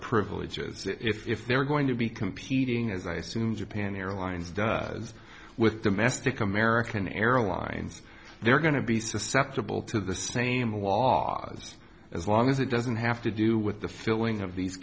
privileges if they're going to be competing as i soon japan airlines does with domestic american airlines they're going to be susceptible to the same laws as long as it doesn't have to do with the filling of these